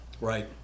Right